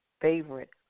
favorite